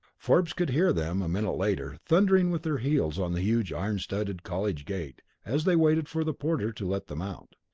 forbes could hear them, a minute later, thundering with their heels on the huge iron-studded college gate as they waited for the porter to let them out.